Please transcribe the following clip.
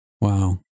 Wow